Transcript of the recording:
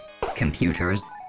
Computers